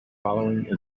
following